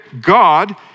God